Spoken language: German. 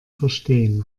verstehen